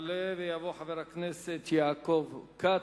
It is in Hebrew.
יעלה ויבוא חבר הכנסת יעקב כץ,